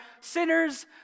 sinners